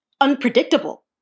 unpredictable